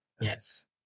yes